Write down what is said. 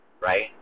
right